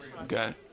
Okay